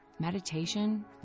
meditation